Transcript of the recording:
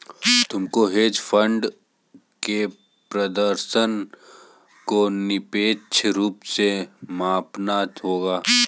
तुमको hedge fund के प्रदर्शन को निरपेक्ष रूप से मापना होगा